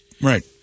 right